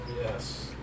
Yes